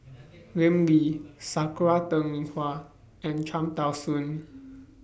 Lim Lee Sakura Teng Ying Hua and Cham Tao Soon